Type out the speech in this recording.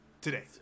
Today